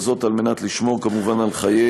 כל זאת על מנת לשמור כמובן על חיי